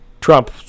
Trump